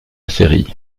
série